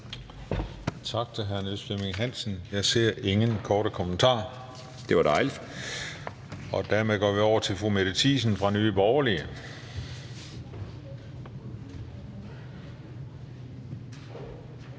Tak til hr. Niels Flemming Hansen. Jeg ser ingen korte bemærkninger, og dermed går vi over til fru Mette Thiesen fra Nye Borgerlige.